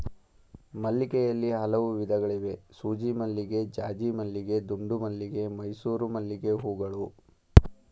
ಮಲ್ಲಿಗೆಯಲ್ಲಿ ಹಲವು ವಿಧಗಳಿವೆ ಸೂಜಿಮಲ್ಲಿಗೆ ಜಾಜಿಮಲ್ಲಿಗೆ ದುಂಡುಮಲ್ಲಿಗೆ ಮೈಸೂರು ಮಲ್ಲಿಗೆಹೂಗಳು